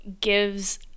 gives